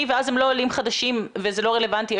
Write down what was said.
ואז הם לא עולים חדשים וזה לא רלוונטי.